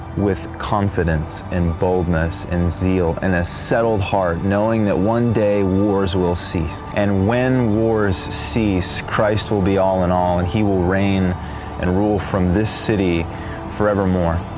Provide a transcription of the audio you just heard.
with confidence and boldness and zeal and a settled heart knowing that one day wars will cease, and when wars cease, christ will be all in all and he will reign and rule from this city forevermore.